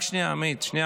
רק שנייה, עמית, שנייה.